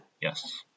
Yes